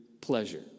pleasure